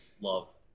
love